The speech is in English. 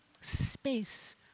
space